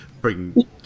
bring